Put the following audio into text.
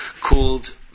called